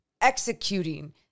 executing